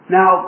Now